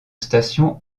stations